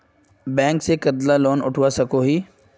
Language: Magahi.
बैंक से कतला लोन उठवा सकोही?